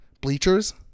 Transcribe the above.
bleachers